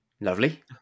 Lovely